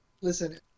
Listen